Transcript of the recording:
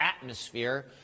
atmosphere